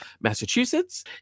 Massachusetts